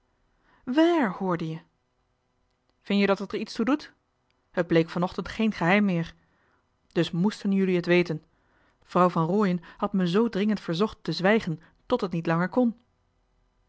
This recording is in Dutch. wàér hoorde je vin je dat het er iets toe doet het bleek van ochtend geen geheim meer dus moesten jullie het weten vrouw van rooien had me z dringend verzocht te zwijgen tot het niet langer kon